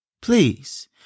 Please